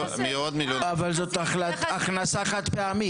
מיכאל מרדכי ביטון (יו"ר ועדת הכלכלה): אבל זו הכנסה חד פעמית.